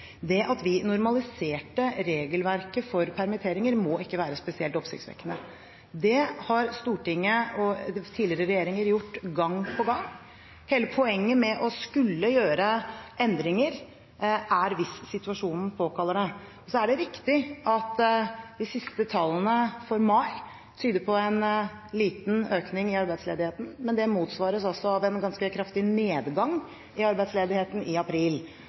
det. Det at vi normaliserte regelverket for permitteringer, kan ikke være spesielt oppsiktsvekkende. Det har Stortinget og tidligere regjeringer gjort gang på gang. Hele poenget er å kunne gjøre endringer hvis situasjonen påkaller det. Så er det riktig at de siste tallene for mai tyder på en liten økning i arbeidsledigheten, men det motsvares også av en ganske kraftig nedgang i arbeidsledigheten i april,